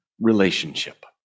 relationship